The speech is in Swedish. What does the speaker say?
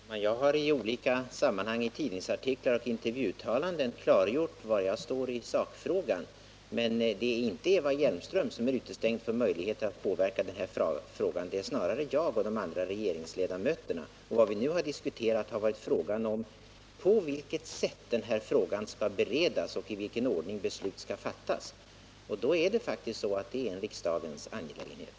Herr talman! Jag har i olika sammanhang i tidningsartiklar och intervjuuttalanden klargjort var jag står i sakfrågan. Men det är inte Eva Hjelmström som är utestängd från möjligheter att påverka denna fråga, det är snarare jag och de andra regeringsledamöterna. Vad vi nu har diskuterat har varit på vilket sätt denna fråga skall beredas och i vilken ordning beslut skall fattas — och det är faktiskt en riksdagens angelägenhet.